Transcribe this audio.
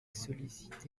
sollicité